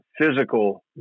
Physical